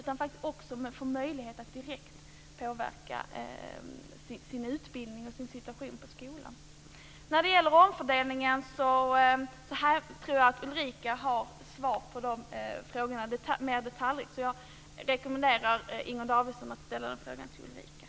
De måste få möjlighet att direkt påverka sin utbildning och sin situation i skolan. När det gäller frågorna om omfördelningen tror jag att Ulrica Messing har svar på dem mer i detalj. Jag rekommenderar därför Inger Davidson att ställa dessa frågor till Ulrica Messing.